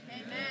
Amen